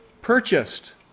purchased